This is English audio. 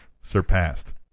surpassed